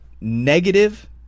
negative